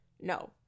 no